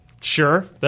sure